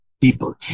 people